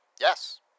yes